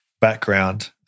background